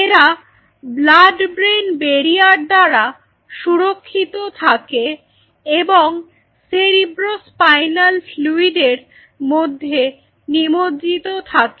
এরা blood brain barrier দ্বারা সুরক্ষিত থাকে এবং সেরিব্রো স্পাইনাল ফ্লুইডের মধ্যে নিমজ্জিত থাকে